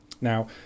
Now